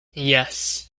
yes